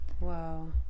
wow